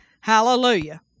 Hallelujah